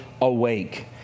awake